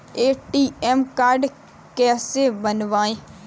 ATM card कैसे बनवाएँ?